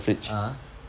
(uh huh)